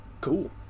Cool